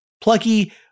Plucky